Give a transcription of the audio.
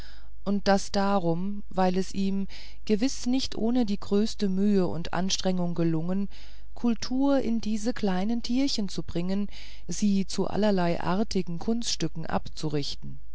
und das darum weil es ihm gewiß nicht ohne die größeste mühe und anstrengung gelungen kultur in diese kleinen tierchen zu bringen und sie zu allerlei artigen kunststücken abzurichten